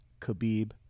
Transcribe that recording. Khabib